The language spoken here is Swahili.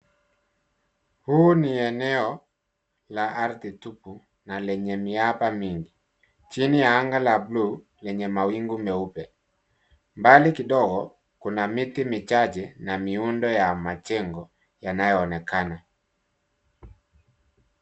Huu ni eneo la ardhi tupu na lenye miiba mingi chini ya anga la bluu lenye mawingu meupe. Mbali kidogo kuna miti michache yenye miundo ya majengo yanayo onekana.